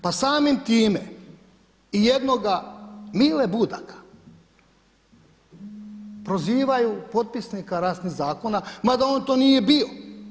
Pa samim time i jednoga Mile Budaka prozivaju potpisnika ratnih zakona, mada on to nije bio.